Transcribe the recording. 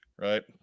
Right